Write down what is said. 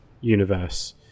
universe